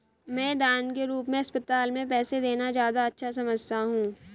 मैं दान के रूप में अस्पताल में पैसे देना ज्यादा अच्छा समझता हूँ